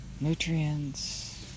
nutrients